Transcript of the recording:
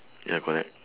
ya correct